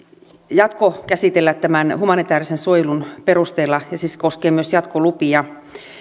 jatkokäsitellä tämän humanitäärisen suojelun perusteella ja se siis koskee myös jatkolupia